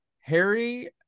Harry